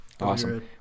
Awesome